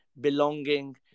belonging